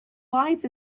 life